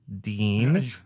Dean